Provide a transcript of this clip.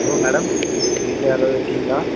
hello madam வீட்டில் யாராவது இருக்கீங்களா